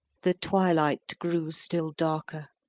the twilight grew still darker,